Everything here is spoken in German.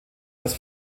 das